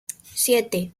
siete